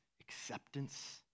acceptance